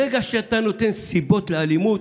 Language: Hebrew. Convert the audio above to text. ברגע שאתה נותן סיבות לאלימות,